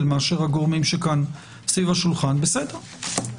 מאשר הגורמים שכאן סביב השולחן בסדר.